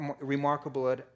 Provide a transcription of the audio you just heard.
remarkable